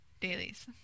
dailies